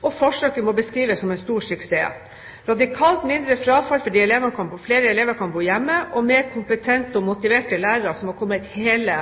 og forsøket må beskrives som en stor suksess. De har hatt radikalt mindre frafall fordi flere elever kan bo hjemme og mer kompetente og motiverte lærere, noe som har kommet hele